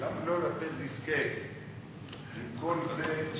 למה לא לתת דיסקט עם כל זה,